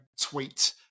tweet